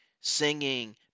singing